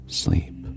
sleep